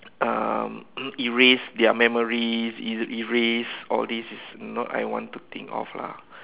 um erase their memories erase all these is not I want to think of lah